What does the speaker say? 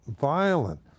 violent